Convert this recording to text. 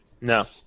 No